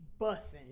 bussing